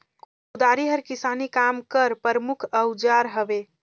कुदारी हर किसानी काम कर परमुख अउजार हवे